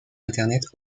internet